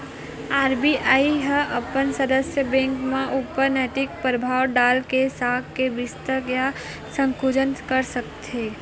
RBI ह अपन सदस्य बेंक मन ऊपर नैतिक परभाव डाल के साख के बिस्तार या संकुचन कर सकथे